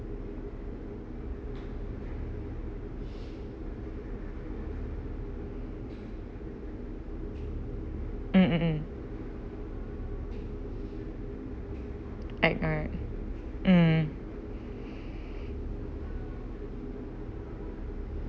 mm mm mm right alright mm